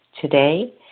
Today